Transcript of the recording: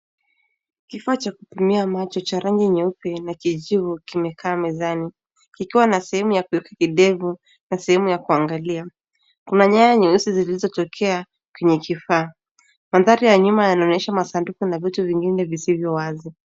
Kifaa cha kupimia macho cha rangi nyeupe na kijivu kimekaa mezani kikiwa na sehemu ya kueka kidevu na sehemu ya kuangalia. Kuna nyaya nyeusi zilizotokea kwenye kifaa. Mandhari ya nyuma yanonesha masanduku na vitu vingine visivyo wazi.